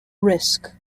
risk